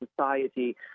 society